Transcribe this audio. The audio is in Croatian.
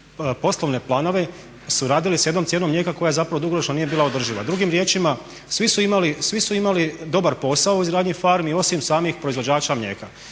poslovne planove su radili sa jednom cijenom mlijeka koja zapravo dugoročno nije bila održiva. Drugim riječima, svi su imali dobar posao u izgradnji farmi osim samih proizvođača mlijeka.